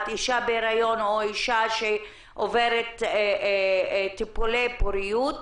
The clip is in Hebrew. אישה בהיריון או אישה שעוברת טיפולי פוריות,